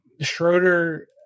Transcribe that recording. Schroeder